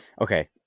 okay